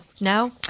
No